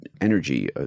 energy